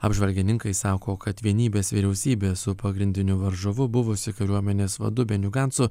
apžvalgininkai sako kad vienybės vyriausybė su pagrindiniu varžovu buvusiu kariuomenės vadu beniu gancu